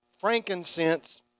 frankincense